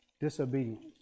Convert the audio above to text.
Disobedience